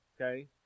okay